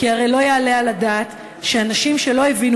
כי הרי לא יעלה על הדעת שאנשים שלא הבינו